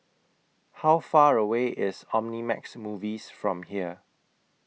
How Far away IS Omnimax Movies from here